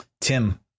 Tim